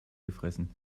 gefressen